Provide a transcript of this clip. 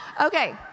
Okay